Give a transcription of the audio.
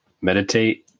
meditate